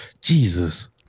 jesus